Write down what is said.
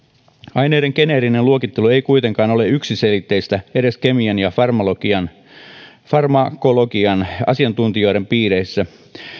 aineiden geneerinen luokittelu ei kuitenkaan ole yksiselitteistä edes kemian ja farmakologian farmakologian asiantuntijoiden piireissä